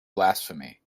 blasphemy